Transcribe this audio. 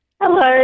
Hello